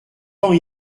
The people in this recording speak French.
temps